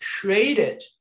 created